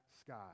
sky